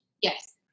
Yes